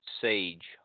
sage